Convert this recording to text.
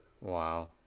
Wow